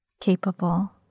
capable